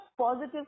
positive